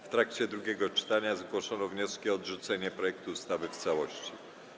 W trakcie drugiego czytania zgłoszono wnioski o odrzucenie projektu ustawy w całości.